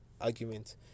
argument